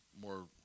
more